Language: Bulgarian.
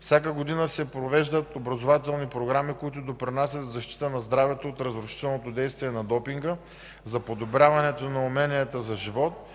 Всяка година се провеждат образователни програми, които допринасят за защита на здравето от разрушителното действие на допинга, за подобряването на уменията за живот,